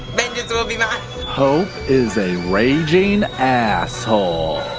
vengeance will be mine hope is a raging asshole.